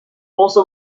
also